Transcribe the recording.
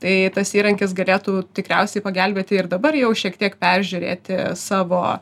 tai tas įrankis galėtų tikriausiai pagelbėti ir dabar jau šiek tiek peržiūrėti savo